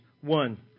one